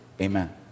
Amen